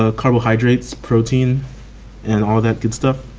ah carbohydrates, protein and all that good stuff.